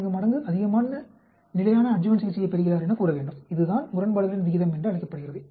44 மடங்கு அதிகமாக நிலையான அட்ஜுவன்ட் சிகிச்சையைப் பெறுகிறார் எனக் கூற வேண்டும் இதுதான் முரண்பாடுகளின் விகிதம் என்றழைக்கப்படுகிறது